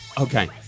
Okay